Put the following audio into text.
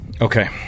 Okay